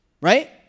Right